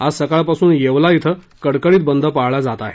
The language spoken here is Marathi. आज सकाळपासून येवला इथं कडकडीत बंद पळाला जात आहे